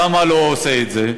למה הוא לא עושה את זה?